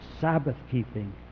Sabbath-keeping